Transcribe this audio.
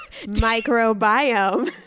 microbiome